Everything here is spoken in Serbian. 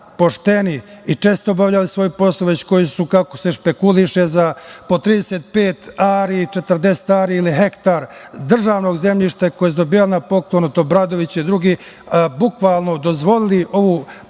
pošteni i čestito obavljali svoj posao, već koji su kako se špekuliše, za po 35 ari, 40 ari ili hektar državnog zemljišta koje su dobijali na poklon od Obradovića i drugih, bukvalno dozvolili ovu pljačku